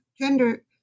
gender